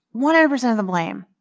one hundred percent of the blame,